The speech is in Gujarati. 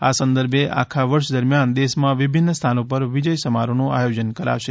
આ સંદર્ભે આખા વર્ષ દરમિયાન દેશમાં વિભિન્ન સ્થાનો પર વિજય સમારોહનું આયોજન કરાશે